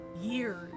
years